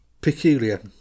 peculiar